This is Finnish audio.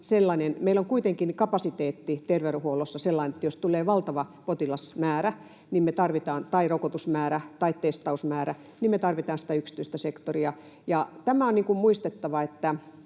meillä on kuitenkin kapasiteetti terveydenhuollossa sellainen, että jos tulee valtava potilasmäärä tai rokotusmäärä tai testausmäärä, niin me tarvitsemme sitä yksityistä sektoria. Tämä on muistettava, että